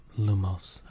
lumos